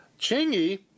Chingy